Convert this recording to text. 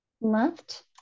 left